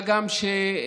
מה גם שנבדקת